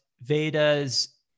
Veda's